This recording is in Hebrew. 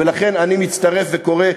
ולכן אני מצטרף וקורא,